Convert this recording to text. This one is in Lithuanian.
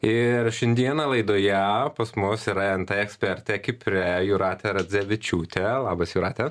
ir šiandieną laidoje pas mus yra nt ekspertė kipre jūratė radzevičiūtė labas jūrate